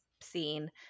scene